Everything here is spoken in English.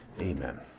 Amen